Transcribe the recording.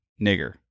nigger